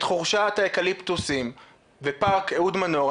חורשת האקליפטוסים ופארק אהוד מנור,